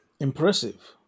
Impressive